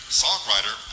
songwriter